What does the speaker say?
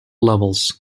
levels